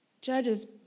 judge's